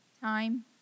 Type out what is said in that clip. time